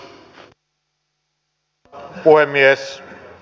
arvoisa puhemies